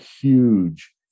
huge